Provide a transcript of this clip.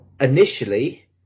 initially